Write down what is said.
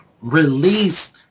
release